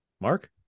Mark